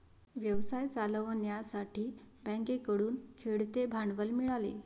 व्यवसाय चालवण्यासाठी बँकेकडून खेळते भांडवल मिळाले